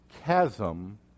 chasm